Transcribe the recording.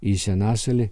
į senasalį